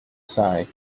say